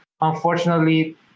Unfortunately